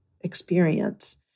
experience